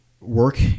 work